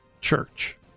church